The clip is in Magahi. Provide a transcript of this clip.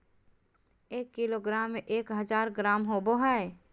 एक किलोग्राम में एक हजार ग्राम होबो हइ